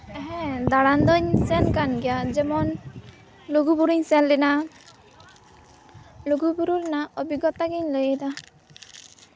ᱦᱮᱸ ᱫᱟᱬᱟᱱ ᱫᱚᱧ ᱥᱮᱱ ᱠᱟᱱ ᱜᱮᱭᱟ ᱡᱮᱢᱚᱱ ᱞᱩᱜᱩᱵᱩᱨᱩᱧ ᱥᱮᱱ ᱞᱮᱱᱟ ᱞᱩᱜᱩᱼᱵᱩᱨᱩ ᱨᱮᱱᱟᱜ ᱚᱵᱷᱤᱜᱽᱜᱚᱛᱟ ᱜᱤᱧ ᱞᱟᱹᱭᱮᱫᱟ